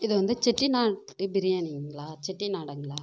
இது வந்து செட்டிநாட்டு பிரியாணிங்களா செட்டிநாடுங்களா